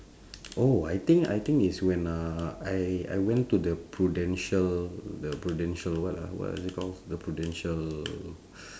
oh I think I think it's when uh I I went to the prudential the prudential what ah what is it called the prudential